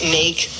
make